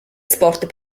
sport